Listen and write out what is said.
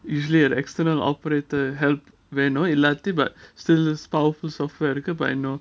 usually an external operator help வேணும் இல்லாட்டி:venum illati but still powerful software வேணும்:venum